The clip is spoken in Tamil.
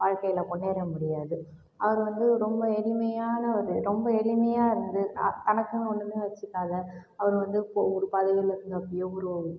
வாழ்க்கையில் முன்னேற முடியாது அவங்க வந்து ரொம்ப எளிமையானவர் ரொம்ப எளிமையாக இருந்து தனக்குன்னு ஒன்னுமே வச்சிக்காத அவர் வந்து இப்போ ஒரு பதவியில் இருந்தப்பயும் ஒரு